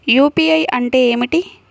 UPI అంటే ఏమిటీ?